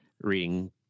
reading